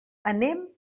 anem